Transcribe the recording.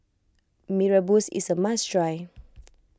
Mee Rebus is a must try